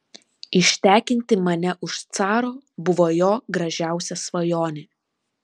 ištekinti mane už caro buvo jo gražiausia svajonė